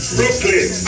Brooklyn